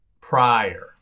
Prior